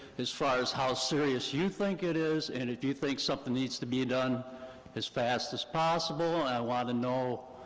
as far as how serious you think it is, and if you think something needs to be done as fast as possible. and i want to know,